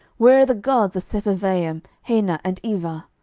where are the gods of sepharvaim, hena, and ivah?